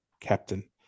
captain